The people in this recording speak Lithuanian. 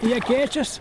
į akėčias